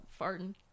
farting